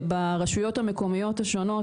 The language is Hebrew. ברשויות המקומיות השונות,